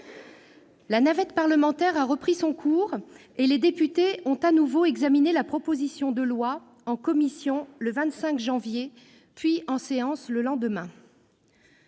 La navette parlementaire a repris son cours et les députés ont de nouveau examiné la proposition de loi, en commission le 25 janvier puis en séance le lendemain.